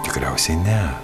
tikriausiai ne